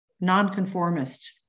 nonconformist